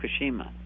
Fukushima